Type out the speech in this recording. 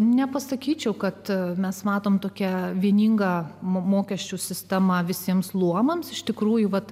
nepasakyčiau kad mes matome tokią vieningą mokesčių sistemą visiems luomams iš tikrųjų vat